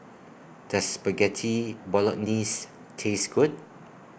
Does Spaghetti Bolognese Taste Good